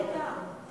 שנת שמיטה.